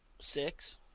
Six